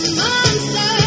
monster